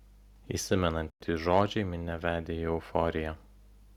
įsimenantys žodžiai minią vedė į euforiją